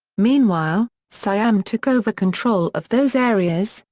meanwhile, siam took over control of those areas,